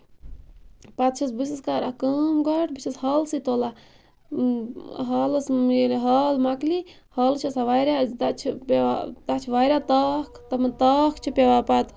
پَتہٕ چھَس بہٕ ٲسٕس کران کٲم گۄڈٕ بہٕ چھَس ہالسٕے تُلان ہالَس نیرِ ہال مۄکلی ہالَس چھُ آسان واریاہ تَتہِ چھُ پیٚوان تَتہِ چھِ واریاہ تاخ تِمَن تاخ چھِ پیٚوان پَتہٕ